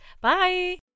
Bye